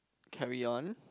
carry on